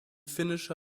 finnische